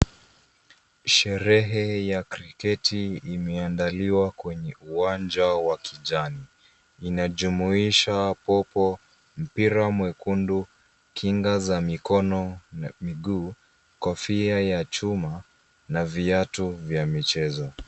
Sherehe ya kriketi imeandaliwa kwenye uwanja wa kijani. Inajumuisha popo, mpira mwekundu, kinga za mikono na miguu, kofia ya chuma, na viatu vya michezo.